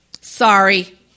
Sorry